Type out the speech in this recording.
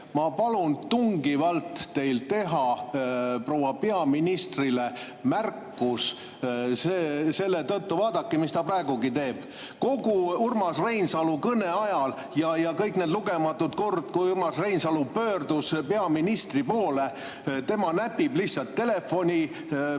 Ma tungivalt palun teil teha proua peaministrile märkus selle tõttu, vaadake, mis ta praegugi teeb. Kogu Urmas Reinsalu kõne ajal, kõik need lugematud korrad, kui Urmas Reinsalu pöördus peaministri poole, tema näppis lihtsalt telefoni.